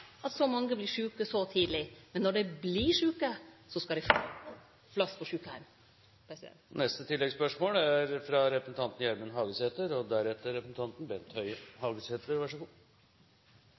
at så mange vert sjuke så tidleg. Men når dei vert sjuke, skal dei få plass på sjukeheim.